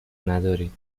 ندارید